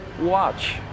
Watch